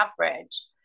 average